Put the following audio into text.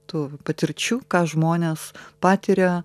tų patirčių ką žmonės patiria